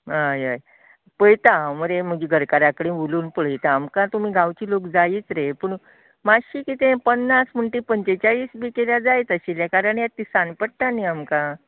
हय हय पळयतां हांव मुरे मुजा घरकारा कडेन उलोवन पळयतां आमकां तुमी गांवचे लोक जायत रे पूण मातशें कितें पन्नास म्हूण ते पंचेचाळीस बी कितें जायत आशिल्ले कारण हें तिसानी पडटा नी आमकां